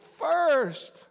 first